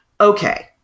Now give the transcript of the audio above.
Okay